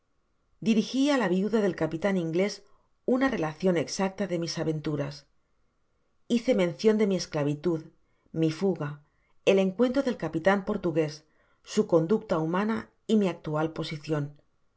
á la viuda del capitan inglés una relacion exacta de mis aventuras hice mencion de mi esclavitud mi fuga el encuentro del capitan portugués su conducta humana y mi actual posicion añadi á